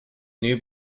few